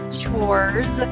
chores